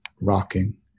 rocking